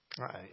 Right